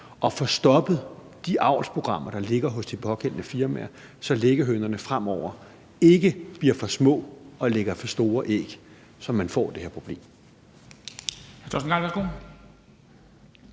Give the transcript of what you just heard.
og få stoppet de avlsprogrammer, der ligger hos de pågældende firmaer, så liggehønerne fremover ikke bliver for små og lægger for store æg, så man får det her problem.